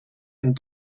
and